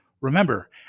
Remember